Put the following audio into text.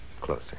Closer